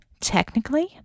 Technically